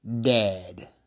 Dad